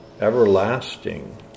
everlasting